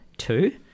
Two